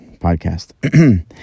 podcast